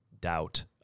doubt